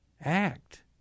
Act